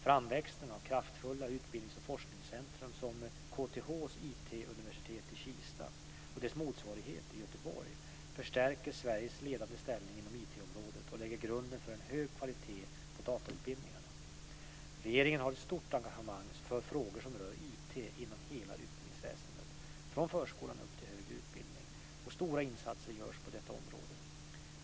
Framväxten av kraftfulla utbildnings och forskningscentrum som KTH:s IT universitet i Kista och dess motsvarighet i Göteborg förstärker Sveriges ledande ställning inom IT området och lägger grunden för en hög kvalitet på datautbildningarna. Regeringen har ett stort engagemang för frågor som rör IT inom hela utbildningsväsendet, från förskolan upp till högre utbildning, och stora insatser görs på detta område.